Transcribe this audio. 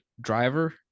Driver